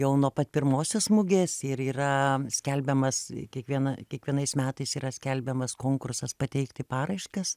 jau nuo pat pirmosios mugės ir yra skelbiamas kiekviena kiekvienais metais yra skelbiamas konkursas pateikti paraiškas